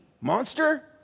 monster